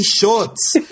shorts